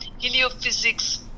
Heliophysics